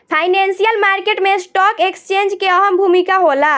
financial market में stock exchange के अहम भूमिका होला